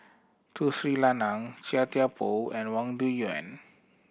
Tun Sri Lanang Chia Thye Poh and Wang Dayuan